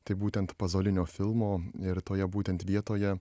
tai būtent pazolinio filmo ir toje būtent vietoje